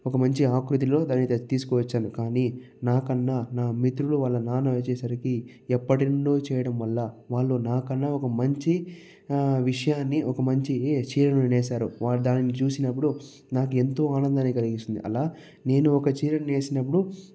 ఒక మంచి ఆకృతిలో దాని తీసుకువచ్చాను కానీ నాకన్నా నా మిత్రుడు వాళ్ళ నాన్నవచ్చేసరికి ఎప్పటినుండో చేయడం వల్ల వాళ్ళు నాకన్నా ఒక మంచి విషయాన్ని ఒక మంచి చీరను నేసారు వాళ్ళు దానిని చూసినప్పుడు నాకెంతో ఆనందాన్ని కలిగించింది అలా నేను ఒక చీరను నేసినప్పుడు